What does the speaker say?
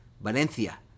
Valencia